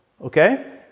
okay